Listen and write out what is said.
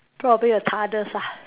probably a ah